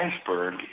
iceberg